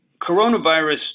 coronavirus